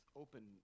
open